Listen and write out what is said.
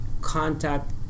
contact